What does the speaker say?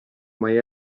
mai